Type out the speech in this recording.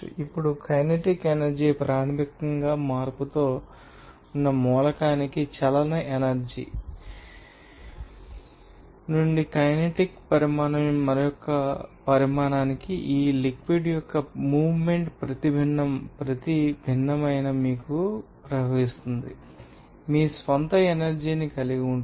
ఇప్పుడుకైనెటిక్ energy ప్రాథమికంగా మార్పుతో ఉన్న మూలకానికి చలన ఎనర్జీ ఇది మీకు తెలుసా మీకు తెలిసిన దాని నుండికైనెటిక్ పరిమాణం మరొక పరిమాణానికి ఈ లిక్విడ్ ం యొక్క మూవ్మెంట్ ప్రతి భిన్నమైన మీకు తెలుసా ప్రవహిస్తుంది రేటు మీ స్వంత ఎనర్జీ ని కలిగి ఉంటుంది